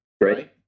Great